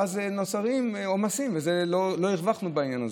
ואז נוצרים עומסים ולא הרווחנו בעניין הזה.